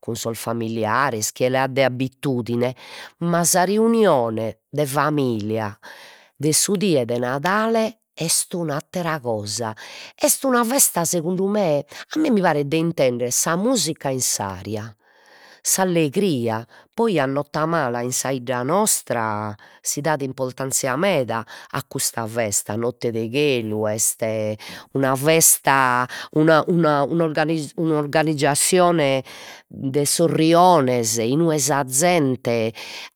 Cun sos familiares chie l'at de abbitudine, ma sa reunione de familia de su die de Nadale est un'attera cosa, est una festa segundu me, a mie mi paret de intender sa musica in s'aria, s'allegria, poi a notamala in sa 'idda nostra si dat importanzia meda a custa festa Notte de Chelu, est una festa una una un'organi un'organizascione de sos riones inue sa zente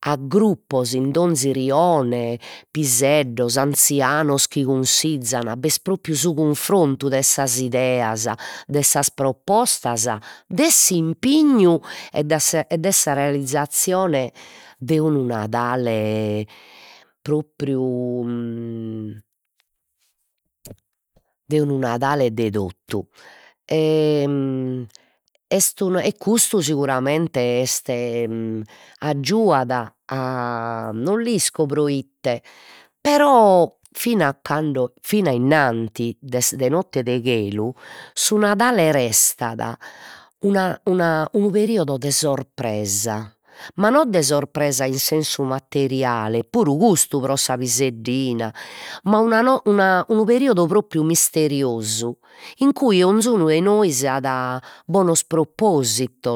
a gruppos in donzi rione, piseddos, anzianos chi consizan, b'est propriu su cunfrontu de sas 'ideas, de sas propostas, de s'impignu e da se e de sa realizazzione de unu Nadale e propriu de unu Nadale de totu e est unu e e custu seguramente est aggiuat a non l'isco proite però fina a cando, fina innanti de sa de Notte de Chelu, su Nadale restat una unu periodu de surpresa, ma non de surpresa in sensu materiale, peru custu pro sa piseddina, ma una una unu periodu propriu misteriosu in cui 'onzunu 'e nois at bonos propositos